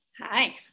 Hi